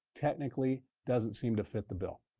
technically, doesn't seem to fit the bill.